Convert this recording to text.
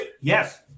Yes